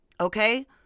Okay